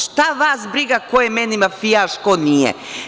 Šta vas briga ko je meni mafijaš a ko nije?